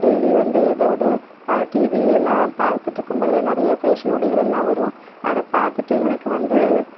daily வந்து எதாவது TV எல்லாம் பார்த்துட்டு இருக்கும் போது அதில் நிறைய ஃபேஷன் உடைகள் எல்லாம் வரும் அதை பார்த்துட்டு எனக்கு வந்து